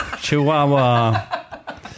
Chihuahua